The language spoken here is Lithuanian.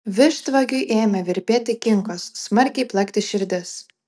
vištvagiui ėmė virpėti kinkos smarkiai plakti širdis